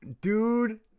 dude